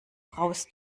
raus